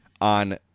on